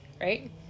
right